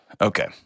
Okay